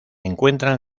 encuentran